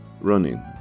running